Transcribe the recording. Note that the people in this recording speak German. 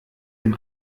dem